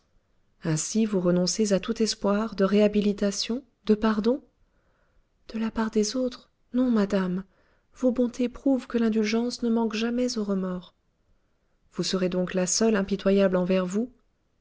ainsi vous renoncez à tout espoir de réhabilitation de pardon de la part des autres non madame vos bontés prouvent que l'indulgence ne manque jamais aux remords vous serez donc la seule impitoyable envers vous